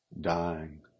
dying